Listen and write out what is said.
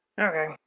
Okay